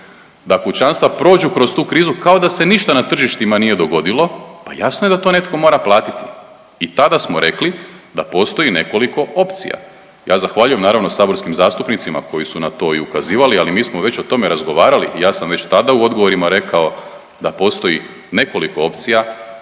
da kućanstva prođu kroz tu krizu kao da se ništa na tržištima nije dogodilo, pa jasno je da netko mora platiti i tada smo rekli da postoji nekoliko opcija. Ja zahvaljujem, naravno, saborskim zastupnicima koji su na to i ukazivali, ali mi smo već o tome razgovarali i ja sam već tada u odgovorima rekao da postoji nekoliko opcija,